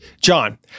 John